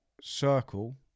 circle